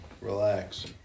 Relax